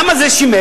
למה זה שימש?